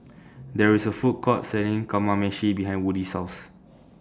There IS A Food Court Selling Kamameshi behind Woody's House